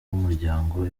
w’umuryango